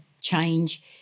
change